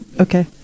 Okay